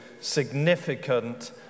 significant